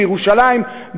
בירושלים,